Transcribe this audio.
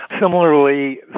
Similarly